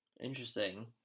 Interesting